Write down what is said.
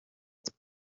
its